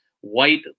white